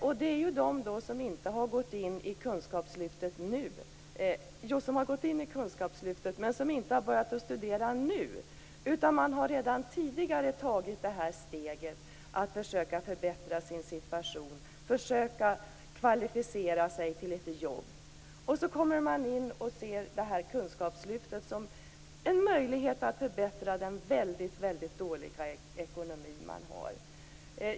Det handlar om dem som har gått in i kunskapslyftet men inte börjat studera nu. Man har redan tidigare tagit det här steget för att försöka förbättra sin situation, försöka kvalificera sig till ett jobb. Sedan ser man kunskapslyftet som en möjlighet att förbättra den väldigt dåliga ekonomi man har.